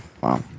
Wow